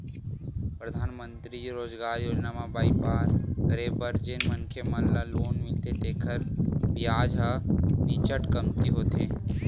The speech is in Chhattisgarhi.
परधानमंतरी रोजगार योजना म बइपार करे बर जेन मनखे मन ल लोन मिलथे तेखर बियाज ह नीचट कमती होथे